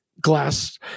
glass